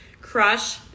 crush